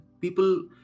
people